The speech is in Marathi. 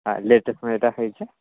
हा लेटेस्टमध्ये टाकायचे